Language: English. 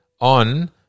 on